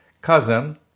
cousin